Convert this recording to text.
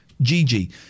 Gigi